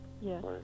Yes